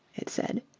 it said.